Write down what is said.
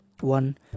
One